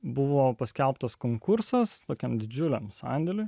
buvo paskelbtas konkursas tokiam didžiuliam sandoriu